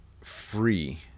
free